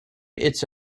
its